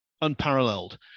unparalleled